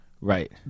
Right